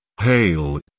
Hail